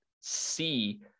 see